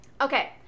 Okay